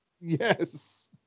Yes